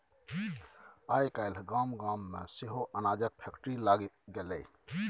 आय काल्हि गाम गाम मे सेहो अनाजक फैक्ट्री लागि गेलै